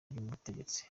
ry’ubutegetsi